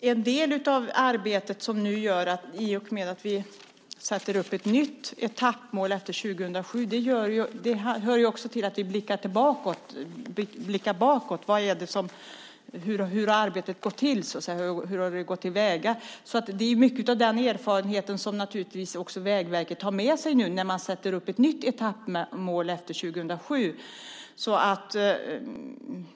Herr talman! En del av arbetet i och med att vi sätter upp ett nytt etappmål efter 2007 hör också ihop med att vi blickar bakåt: Hur har arbetet gått till? Hur har man gått till väga? Det är mycket av den erfarenheten som Vägverket naturligtvis också har med sig nu när man sätter upp ett nytt etappmål efter 2007.